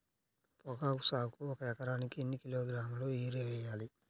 పొగాకు సాగుకు ఒక ఎకరానికి ఎన్ని కిలోగ్రాముల యూరియా వేయాలి?